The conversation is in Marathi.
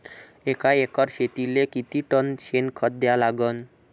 एका एकर शेतीले किती टन शेन खत द्या लागन?